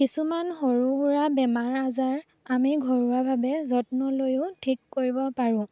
কিছুমান সৰু সুৰা বেমাৰ আজাৰ আমি ঘৰুৱাভাৱে যত্ন লৈয়ো ঠিক কৰিব পাৰোঁ